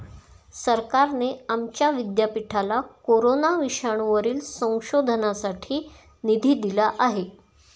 सरकारने आमच्या विद्यापीठाला कोरोना विषाणूवरील संशोधनासाठी निधी दिला आहे